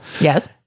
Yes